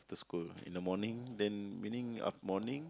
to school in the morning then meaning of morning